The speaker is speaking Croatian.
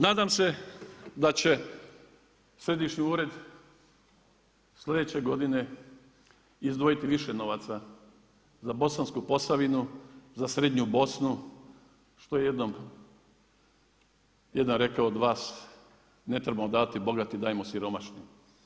Nadam se da će središnji ured slijedeće godine izdvojiti više novaca za Bosansku Posavinu, za srednju Bosnu, što je jednom jedan rekao od vas, ne trebamo davati bogatima, dajmo siromašnima.